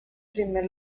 primer